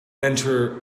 enter